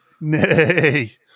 nay